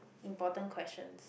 important questions